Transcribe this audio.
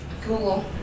Google